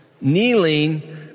kneeling